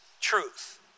truth